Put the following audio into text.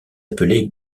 appelé